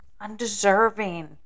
undeserving